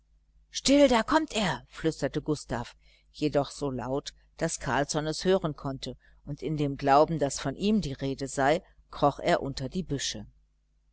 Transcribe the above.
still da kommt er flüsterte gustav jedoch so laut daß carlsson es hören konnte und in dem glauben daß von ihm die rede sei kroch er unter die büsche